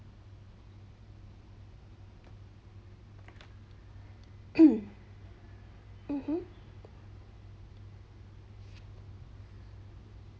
hmm mmhmm